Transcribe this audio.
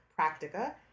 Practica